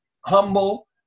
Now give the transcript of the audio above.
humble